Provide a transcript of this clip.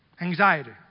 anxiety